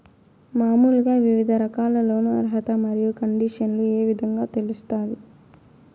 మామూలుగా వివిధ రకాల లోను అర్హత మరియు కండిషన్లు ఏ విధంగా తెలుస్తాది?